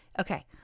Okay